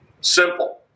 Simple